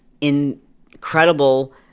incredible